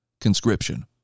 conscription